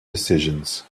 decisions